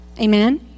Amen